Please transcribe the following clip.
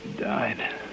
Died